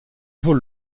vaut